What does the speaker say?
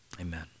Amen